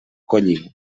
collir